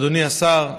אדוני השר,